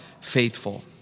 faithful